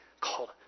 called